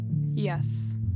Yes